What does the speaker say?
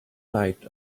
night